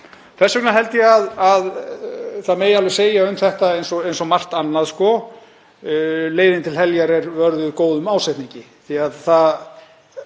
Þess vegna held ég að það megi alveg segja um þetta eins og svo margt annað að leiðin til heljar er vörðuð góðum ásetningi.